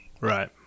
Right